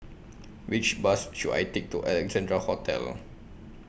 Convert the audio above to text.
Which Bus should I Take to Alexandra Hotel